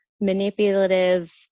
manipulative